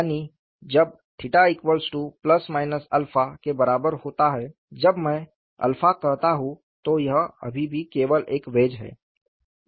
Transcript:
यानी जब 𝜽 ± 𝜶 के बराबर होता है जब मैं 𝜶 कहता हूं तो यह अभी भी केवल एक वेज है